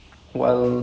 mm